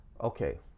okay